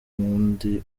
nundi